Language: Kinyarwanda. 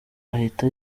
ahita